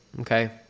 okay